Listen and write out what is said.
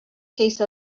case